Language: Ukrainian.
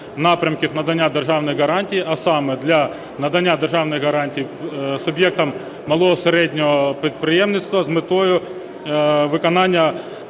напрямків надання державних гарантій, а саме для надання державних гарантій суб'єктам малого і середнього підприємництва з метою виконання